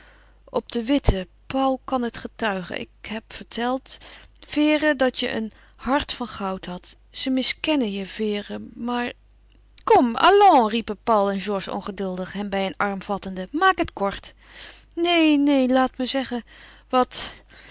op de witte paul kan het getuigen ik heb verteld vere dat je een hart van goud hadt ze miskennen je vere maar kom allons riepen paul en georges ongeduldig hem bij een arm vattende maak het kort neen neen laat me zeggen wat